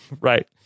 Right